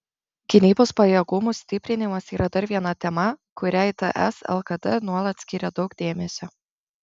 gynybos pajėgumų stiprinimas yra dar viena tema kuriai ts lkd nuolat skiria daug dėmesio